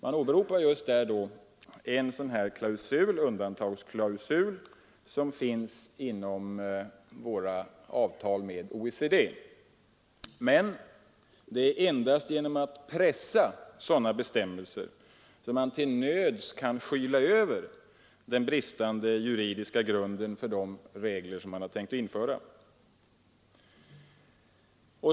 Man åberopar där en undantagsklausul som finns inom våra avtal med OECD. Endast genom att pressa dessa bestämmelser kan man till nöds skyla över den bristande juridiska grunden för de regler som man har tänkt införa.